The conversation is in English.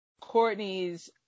Courtney's